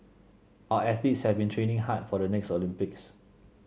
our athletes have been training hard for the next Olympics